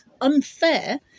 unfair